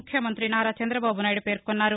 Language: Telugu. ముఖ్యమంతి నారా చంద్రబాబునాయుడు పేర్కొన్నారు